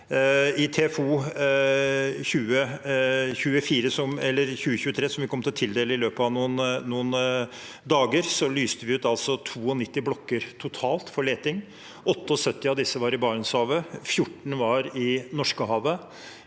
I TFO 2024, som vi kommer til å tildele i løpet av noen dager, lyste vi ut totalt 92 blokker for leting. Av disse var 78 i Barentshavet, 14 var i Norskehavet.